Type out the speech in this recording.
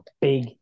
big